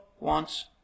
wants